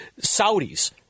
Saudis